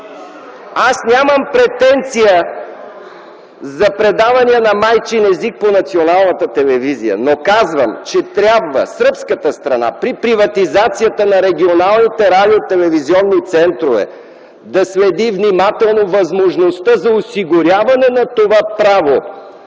Аз нямам претенция за предавания на майчин език по националната телевизия, но казвам, че Сръбската страна при приватизацията на регионалните радиотелевизионни центрове трябва да следи внимателно възможността за осигуряване на това право,